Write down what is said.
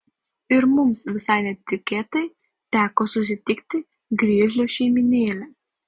ir mums visai netikėtai teko susitikti grizlių šeimynėlę